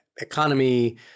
economy